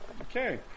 Okay